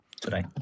today